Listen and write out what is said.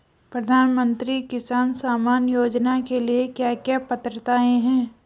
प्रधानमंत्री किसान सम्मान योजना के लिए क्या क्या पात्रताऐं हैं?